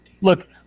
look